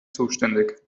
zuständig